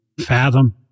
fathom